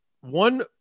one